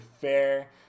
fair